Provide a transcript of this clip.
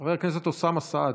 חבר הכנסת אוסאמה סעדי,